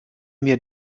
mir